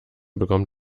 bekommt